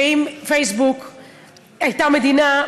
שאם פייסבוק הייתה מדינה,